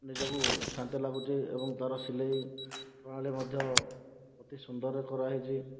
ନିଜକୁ ଶାନ୍ତି ଲାଗୁଛି ଏବଂ ତାର ସିଲେଇ ପ୍ରଣାଳୀ ମଧ୍ୟ ଅତି ସୁନ୍ଦର କରାହୋଇଛି